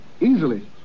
easily